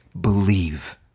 believe